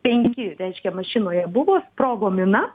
penki reiškia mašinoje buvo sprogo mina